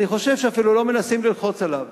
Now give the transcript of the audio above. אני חושב שאפילו לא מנסים ללחוץ עליו.